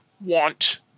want